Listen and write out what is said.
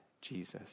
Jesus